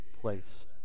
place